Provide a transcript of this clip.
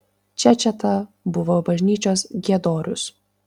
čečėta buvo bažnyčios giedorius